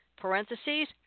parentheses